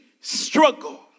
struggle